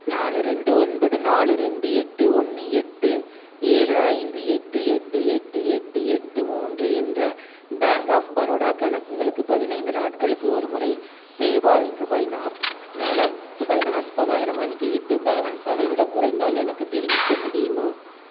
நாலு ரெண்டு ஒன்பது நாலு ரெண்டு எட்டு ஒன்று எட்டு ஏழு ஐந்து எட்டு எட்டு எட்டு எட்டு எட்டு மூன்று என்ற பேங்க் ஆஃப் பரோடா கணக்குகளுக்கு பதினைந்து நாட்களுக்கு ஒருமுறை பேபால் ருபாய் நாற்ப் மூலம் ரூபாய் நாற்பதாயிரம் அனுப்பிவிட்டு பேலன்ஸ் அதைவிடக் குறைந்தால் எனக்குத் தெரிவிக்க முடியுமா